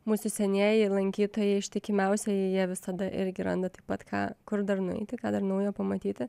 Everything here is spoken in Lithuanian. mūsų senieji lankytojai ištikimiausieji jie visada irgi randa taip pat ką kur dar nueiti ką dar naujo pamatyti